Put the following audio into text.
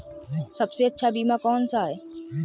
सबसे अच्छा बीमा कौनसा है?